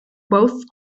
both